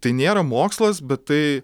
tai nėra mokslas bet tai